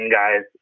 guys